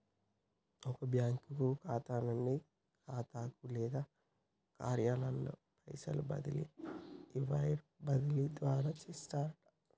ఒక బ్యాంకు ఖాతా నుండి ఖాతాకు లేదా కార్యాలయంలో పైసలు బదిలీ ఈ వైర్ బదిలీ ద్వారా చేస్తారట